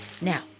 Now